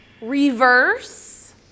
reverse